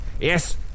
Yes